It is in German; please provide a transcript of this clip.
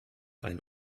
einen